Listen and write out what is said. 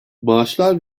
maaşlar